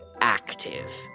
active